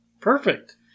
Perfect